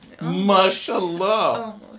Mashallah